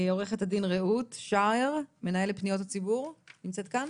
עו"ד רעות שאער, מנהלת פניות הציבור שנמצאת כאן